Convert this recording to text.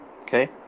Okay